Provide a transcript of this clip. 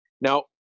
Now